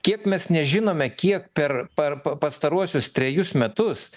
kiek mes nežinome kiek per par p pastaruosius trejus metus